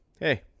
hey